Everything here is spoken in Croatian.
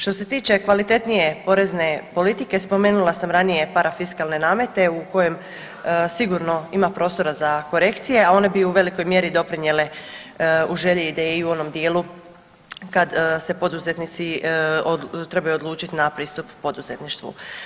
Što se tiče kvalitetnije porezne politike spomenula sam ranije parafiskalne namete u kojem sigurno ima prostora za korekcije, a one bi u velikoj mjeri doprinijele u želji i ideji u onom dijelu kad se poduzetnici trebaju odlučit na pristup poduzetništvu.